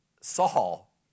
Saul